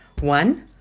One